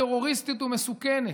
טרוריסטית ומסוכנת.